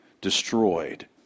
destroyed